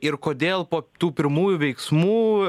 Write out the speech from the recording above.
ir kodėl po tų pirmųjų veiksmų